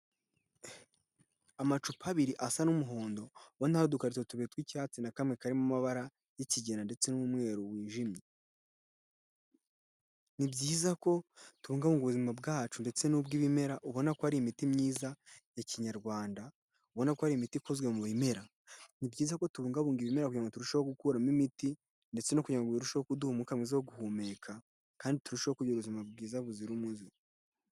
Amacupa abiri asa n'umuhondo, ubona hari udukarito tubiri tw'icyatsi na kamwe karimo amabara y'ikigero n'umweru wijimye, ni byiza ko tubungabunga ubuzima bwacu ndetse n'ubw'ibimera ubona ko ari imiti myiza ya Kinyarwanda, ubona ko ari imiti ikozwe mu bimera. Ni byiza ko tubungabunga ibimera kugira ngo turushaho gukuramo imiti ndetse no kugira ngo biruheho kuduha umwuka mwiza wo guhumeka kandi turusheho kugira ubuzima bwiza buzira umuze.